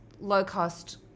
low-cost